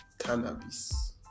Cannabis